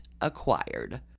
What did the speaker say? acquired